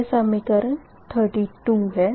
यह समीकरण 32 है